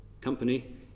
Company